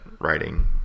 writing